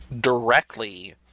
directly